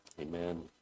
Amen